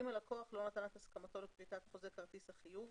אם הלקוח לא נתן את הסכמתו לכריתת חוזה כרטיס החיוב